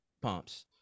pumps